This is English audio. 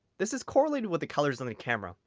this is correlated with the colors on the camera.